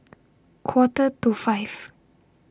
Quarter to five